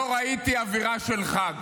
לא ראיתי אווירה של חג.